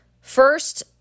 first